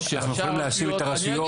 אנחנו יכולים להאשים את הרשויות.